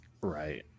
Right